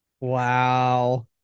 Wow